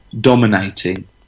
dominating